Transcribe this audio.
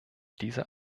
diese